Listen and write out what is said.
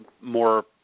more